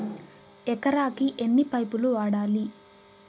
ఎకరాకి ఎన్ని పైపులు వాడాలి?